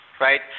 right